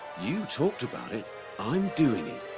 you talked about it i'm doing it.